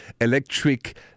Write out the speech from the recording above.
electric